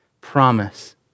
promise